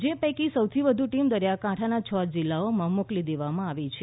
જ પૈકી સોથી વધુ ટીમ દરિયાકાંઠાના છ જિલ્લાઓમાં મોકલી દેવામાં આવી છે